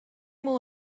will